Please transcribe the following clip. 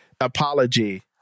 apology